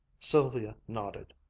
sylvia nodded.